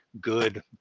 good